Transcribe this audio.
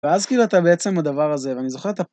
ואז כאילו אתה בעצם הדבר הזה, ואני זוכר את הפרסומת.